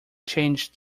changed